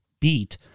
beat